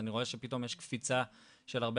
אז אני רואה שפתאום יש קפיצה של הרבה